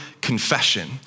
confession